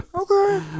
Okay